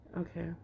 Okay